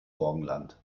morgenland